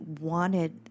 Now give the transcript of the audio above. wanted